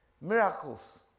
miracles